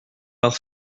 leurs